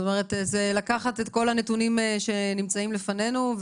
זה לקחת את כל הנתונים שנמצאים לפנינו,